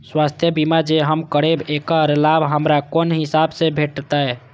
स्वास्थ्य बीमा जे हम करेब ऐकर लाभ हमरा कोन हिसाब से भेटतै?